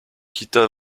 quitta